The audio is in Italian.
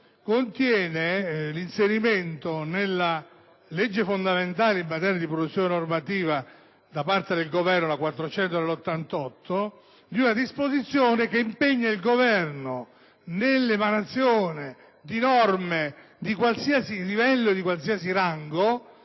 prevede l'inserimento nella legge fondamentale in materia di produzione normativa da parte del Governo, la legge n. 400 del 1988, di una disposizione che impegna il Governo, nell'emanazione di norme di qualsiasi livello e rango (si citano